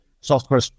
software